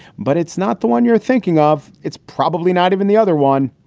but it's not the one you're thinking of. it's probably not even the other one.